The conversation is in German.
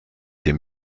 dem